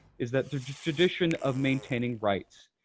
is that the tradition of maintaining rights,